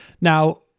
Now